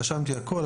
רשמתי הכל.